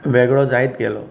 वेगळो जायत गेलो